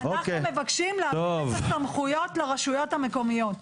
אנחנו מבקשים להעביר את הסמכויות לרשויות המקומיות.